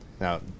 Now